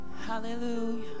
Hallelujah